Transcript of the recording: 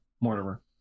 Mortimer